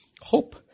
hope